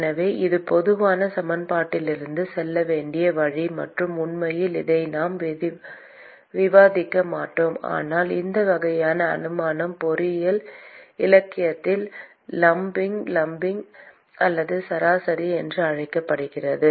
எனவே இது பொதுவான சமன்பாட்டிலிருந்து செல்ல வேண்டிய வழி மற்றும் உண்மையில் இதை நாம் விவாதிக்க மாட்டோம் ஆனால் இந்த வகையான அனுமானம் பொறியியல் இலக்கியத்தில் லம்ப்பிங் லம்ம்பிங் அல்லது சராசரி என்று அழைக்கப்படுகிறது